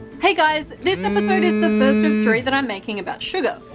hey guys this episode is the first of three that i'm making about sugar.